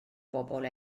bobl